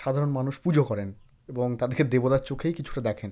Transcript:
সাধারণ মানুষ পুজো করেন এবং তাদেরকে দেবতার চোখেই কিছুটা দেখেন